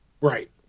Right